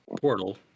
portal